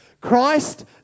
Christ